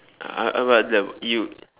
uh what that you